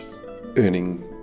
earning